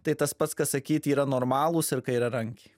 tai tas pats kas sakyt yra normalūs ir kairiarankiai